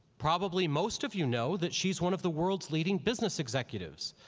probably most of you know that she's one of the world's leading business executives.